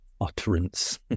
utterance